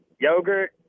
Yogurt